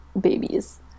babies